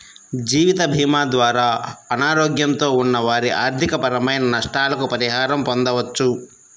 జీవితభీమా ద్వారా అనారోగ్యంతో ఉన్న వారి ఆర్థికపరమైన నష్టాలకు పరిహారం పొందవచ్చు